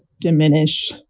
diminish